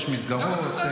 יש מסגרות.